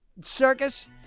Circus